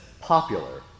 popular